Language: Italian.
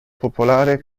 popolare